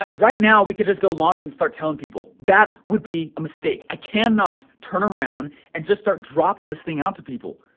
ah right now. we could just go launch it and start telling people. that would be a mistake. i can not turn around and just start dropping this thing out to people.